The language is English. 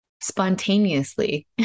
spontaneously